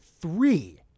three